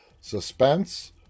Suspense